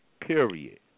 period